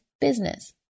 business